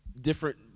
different